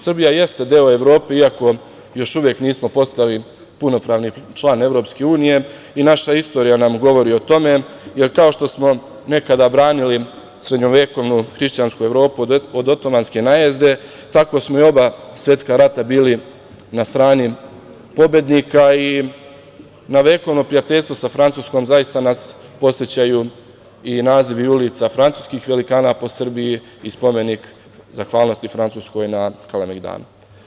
Srbija jeste deo Evrope, iako još uvek nismo postali punopravni član EU, i naša istorija nam govori o tome, jer kao što smo nekada branili srednjovekovnu hrišćansku Evropu, do otomanske najezde, tako smo i u oba svetska rata bili na strani bili pobednika i na vekovno prijateljstvo sa Francuskom zaista nas podsećaju i nazivi i ulice francuskih velikana po Srbiji i spomenik zahvalnosti Francuskoj na Kalemegdanu.